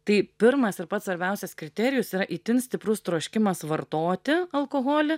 tai pirmas ir pats svarbiausias kriterijus yra itin stiprus troškimas vartoti alkoholį